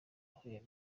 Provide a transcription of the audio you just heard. yaguye